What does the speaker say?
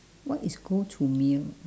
what is go to meal